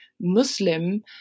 Muslim